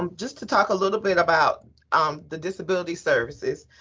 um just to talk a little bit about um the disability services,